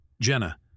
Jenna